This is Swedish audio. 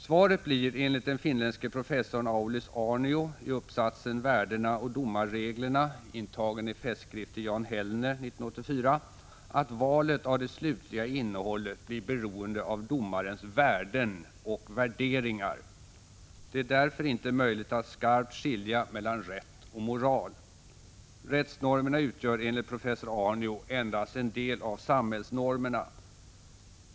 Svaret blir enligt den finländske professorn Aulis Aarnio i uppsatsen Värdena och domarreglerna, intagen i Festskrift till Jan Hellner 1984, att valet av det slutliga innehållet blir beroende av domarens värden och värderingar. Det är därför inte möjligt att skarpt skilja mellan rätt och moral. Rättsnormerna utgör enligt professor Aarnio endast en del av samhällsnormerna.